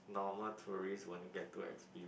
normal tourist won't get to experi~